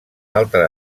altre